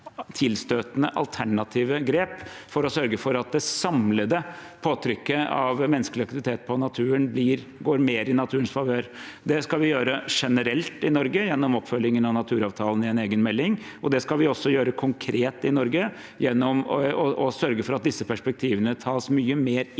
tilstøtende alternative grep for å sørge for at det samlede påtrykket av menneskelig aktivitet på naturen går mer i naturens favør. Det skal vi gjøre generelt i Norge gjennom oppfølgingen av naturavtalen i en egen melding, og det skal vi også gjøre konkret i Norge gjennom å sørge for at disse perspektivene tas mye mer inn